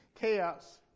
chaos